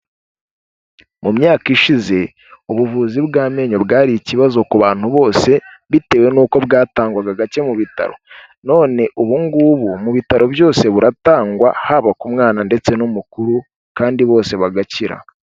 Mu myaka ishize, ubuvuzi bw'amenyo bwari ikibazo ku bantu bose, bitewe n'uko bwatangwaga gake mu bitaro, none ubu ngubu mu bitaro byose buratangwa, haba ku mwana ndetse n'umukuru kandi bose bagakira.